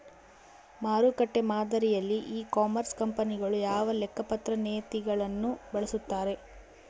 ಮಾರುಕಟ್ಟೆ ಮಾದರಿಯಲ್ಲಿ e commerce ಕಂಪನಿಗಳು ಯಾವ ಲೆಕ್ಕಪತ್ರ ನೇತಿಗಳನ್ನು ಬಳಸುತ್ತಾರೆ?